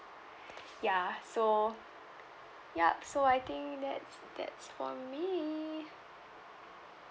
ya so yup so I think that's that's for me